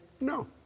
no